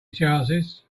chances